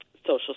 Social